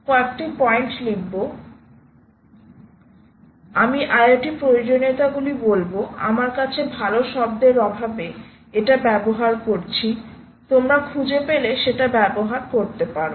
সুতরাং আমি IoT প্রয়োজনীয়তাগুলি বলব আমার কাছে ভালো শব্দের অভাবে এটা ব্যাবহার করছি তোমরা খুঁজে পেলে সেটা ব্যবহার করতে পারো